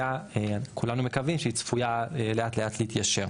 וכולנו מקווים שהאינפלציה צפויה לאט לאט להתיישר.